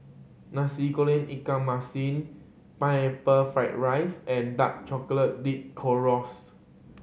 Nasi Goreng ikan masin Pineapple Fried rice and dark chocolate dipped